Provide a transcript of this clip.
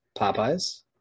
Popeye's